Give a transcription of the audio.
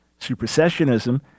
Supersessionism